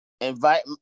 invite